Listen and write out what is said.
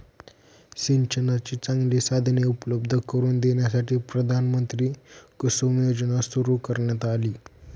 सिंचनाची चांगली साधने उपलब्ध करून देण्यासाठी प्रधानमंत्री कुसुम योजना सुरू करण्यात आली